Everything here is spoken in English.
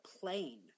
plane